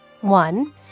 One